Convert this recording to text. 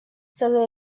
целый